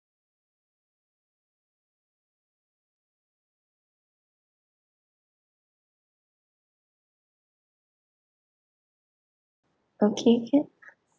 okay can